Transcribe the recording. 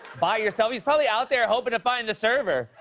by yourself. he's probably out there hopin' to find the server.